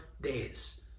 days